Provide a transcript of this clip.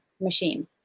machine